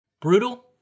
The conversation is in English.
Brutal